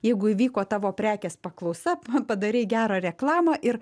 jeigu įvyko tavo prekės paklausa pa padarei gerą reklamą ir